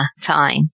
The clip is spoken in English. time